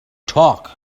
talk